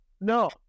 No